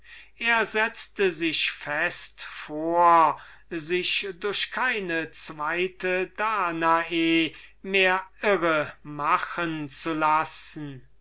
er setzte sich fest vor sich durch keine zweite danae mehr irre machen zu lassen